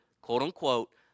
quote-unquote